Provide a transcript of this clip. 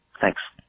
Thanks